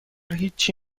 هیچی